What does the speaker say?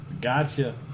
Gotcha